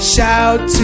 Shout